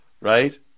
right